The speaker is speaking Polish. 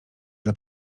dla